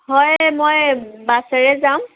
হয় মই বাছেৰে যাম